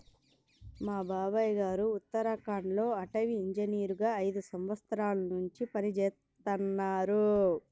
మా బాబాయ్ గారు ఉత్తరాఖండ్ లో అటవీ ఇంజనీరుగా ఐదు సంవత్సరాల్నుంచి పనిజేత్తన్నారు